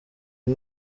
uyu